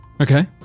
Okay